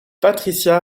patricia